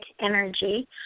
energy